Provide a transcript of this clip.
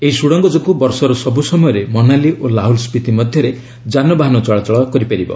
ଏହି ସୁଡ଼ଙ୍ଗ ଯୋଗୁଁ ବର୍ଷର ସବୁ ସମୟରେ ମନାଲି ଓ ଲାହୁଲ ସ୍ୱିତି ମଧ୍ୟରେ ଯାନବାହନ ଚଳାଚଳ କରିପାରିବ